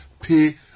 pay